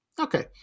okay